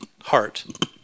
heart